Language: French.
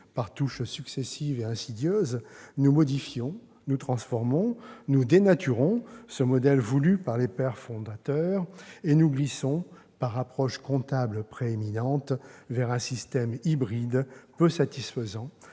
par touches successives et insidieuses, nous modifions, nous transformons, nous dénaturons ce modèle voulu par les pères fondateurs, et nous glissons par approche comptable prééminente vers un système hybride, peu satisfaisant